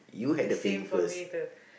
the same for me too